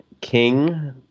King